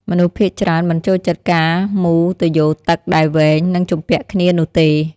មនុស្សភាគច្រើនមិនចូលចិត្តការមូរទុយោទឹកដែលវែង និងជំពាក់គ្នានោះទេ។